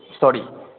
sorry